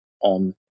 on